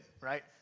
right